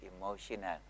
emotional